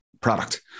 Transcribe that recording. product